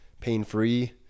pain-free